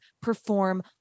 perform